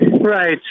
Right